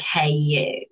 KU